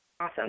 Awesome